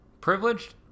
Privileged